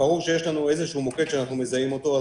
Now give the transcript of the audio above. וברור כשיש לנו איזשהו מוקד שאנחנו מזהים אותו,